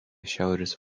šiaurės